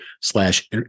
slash